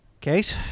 Case